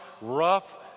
rough